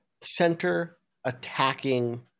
center-attacking